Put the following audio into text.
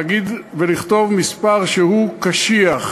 להגיד ולכתוב מספר קשיח.